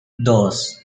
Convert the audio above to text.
dos